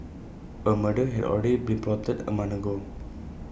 A murder had already been plotted A month ago